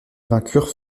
vainqueur